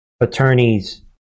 attorneys